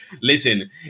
listen